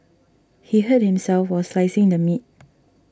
he hurt himself while slicing the meat